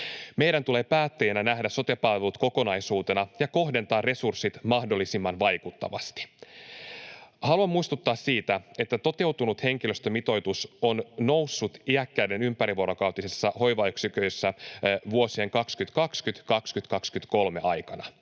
Meidän tulee päättäjinä nähdä sote-palvelut kokonaisuutena ja kohdentaa resurssit mahdollisimman vaikuttavasti. Haluan muistuttaa siitä, että toteutunut henkilöstömitoitus on noussut iäkkäiden ympärivuorokautisissa hoivayksiköissä vuosien 2020—2023 aikana.